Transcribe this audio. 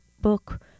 book